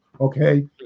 Okay